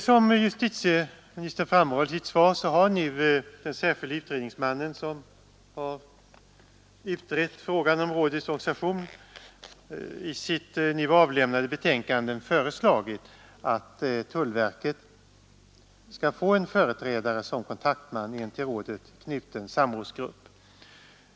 Som justitieministern framhåller i sitt svar har den särskilde utredningsmannen, som har utrett frågan om rådets organisation, i sitt nu avlämnade betänkande föreslagit att tullverket skall få en företrädare som kontaktman i en till rådet knuten samrådsgrupp.